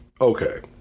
okay